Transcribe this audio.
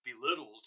belittled